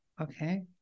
Okay